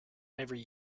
every